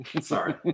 Sorry